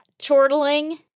Chortling